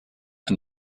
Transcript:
and